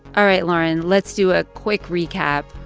all right, lauren, let's do a quick recap.